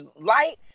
light